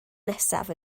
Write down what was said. nesaf